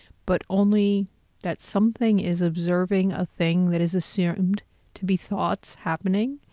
but only that something is observing a thing that is assumed to be thoughts happening,